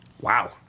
Wow